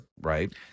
right